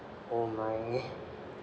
oh my